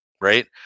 right